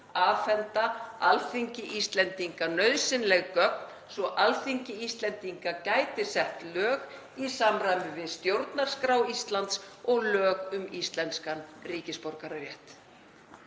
afhenda Alþingi Íslendinga nauðsynleg gögn svo Alþingi Íslendinga gæti sett lög í samræmi við stjórnarskrá Íslands og lög um íslenskan ríkisborgararétt.